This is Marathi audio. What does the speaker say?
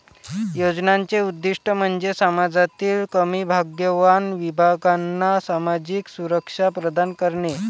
योजनांचे उद्दीष्ट म्हणजे समाजातील कमी भाग्यवान विभागांना सामाजिक सुरक्षा प्रदान करणे